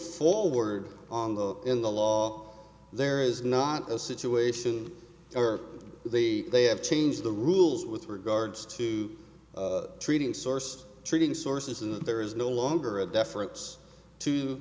forward on the in the law there is not a situation or the they have changed the rules with regards to treating source treating sources and there is no longer a deference to